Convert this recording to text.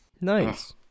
Nice